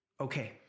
okay